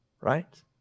right